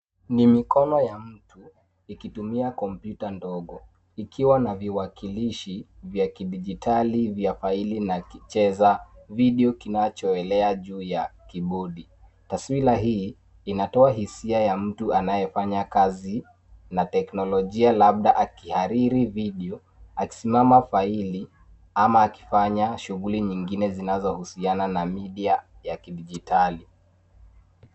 Ni mikono ya mtu ikitumia kopyuta dogo ikiwa na viwakilishi vya kidijitali vya faili na kicheza vidio kinachoelea juu ya kibodi. Taswira hii inatoa hisia ya mtu anayefanya kazi na teknolojia labda akiahiriri vidio akisoma faili ama akifanya shuguli zingine zinazohusiana na media ya kidijitali.